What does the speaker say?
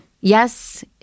Yes